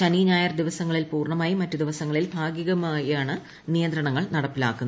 ശനി ഞായർ ദിവസങ്ങളിൽ പൂർണ്ണമായും മറ്റു ദിവസങ്ങളിൽ ഭാഗികമായുമാണ് നിയന്ത്രണങ്ങൾ നടപ്പിലാക്കുന്നത്